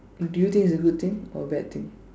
do you think it's a good thing or a bad thing